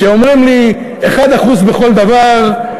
כשאומרים לי 1% בכל דבר,